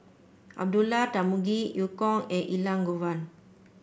Abdullah Tarmugi Eu Kong and Elangovan